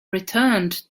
returned